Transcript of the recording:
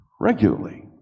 regularly